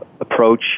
approach